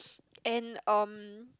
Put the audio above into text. and um